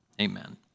Amen